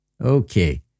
Okay